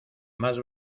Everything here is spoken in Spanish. más